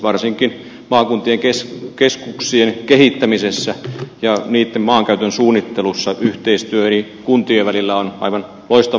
varsinkin maakuntien keskuksien kehittämisessä ja niitten maankäytön suunnittelussa yhteistyö eri kuntien välillä on aivan loistavan hyvä asia